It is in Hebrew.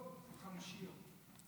לא, חמשיר.